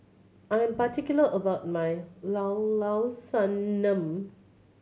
I'm particular about my Llao Llao Sanum